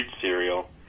cereal